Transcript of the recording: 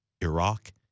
Iraq